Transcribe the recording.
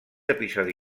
episodi